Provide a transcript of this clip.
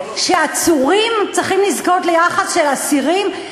שעצורים צריכים לזכות ליחס של אסירים?